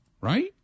Right